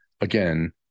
Again